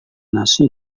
nasi